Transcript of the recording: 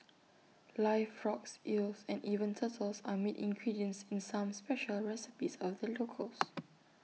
live frogs eels and even turtles are meat ingredients in some special recipes of the locals